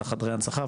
חדרי הנצחה,